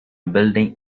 building